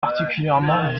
particulièrement